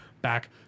back